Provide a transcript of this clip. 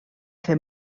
fer